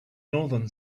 northern